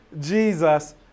Jesus